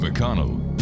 McConnell